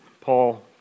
Paul